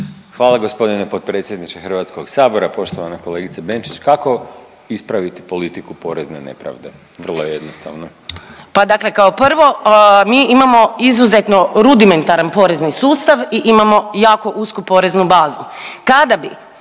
Hvala gospodine potpredsjedniče Hrvatskog sabora. Poštovana kolegice Benčić kao ispraviti politiku porezne nepravde, vrlo je jednostavno. **Benčić, Sandra (Možemo!)** Pa dakle kao prvo mi imamo izuzetno rudimentaran porezni sustav i imamo jako usku poreznu bazu.